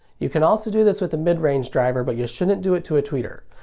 you can also do this with a mid-range driver, but you shouldn't do it to a tweeter.